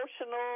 emotional